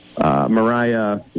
Mariah